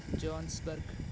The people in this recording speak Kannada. ಜೋನ್ಸ್ಬರ್ಗ್